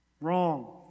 wrong